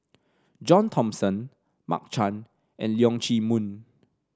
John Thomson Mark Chan and Leong Chee Mun